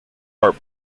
art